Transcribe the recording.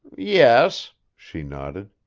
yes, she nodded.